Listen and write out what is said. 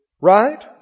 Right